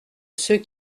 ceux